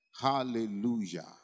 Hallelujah